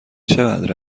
چقدر